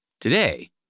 Today